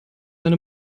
eine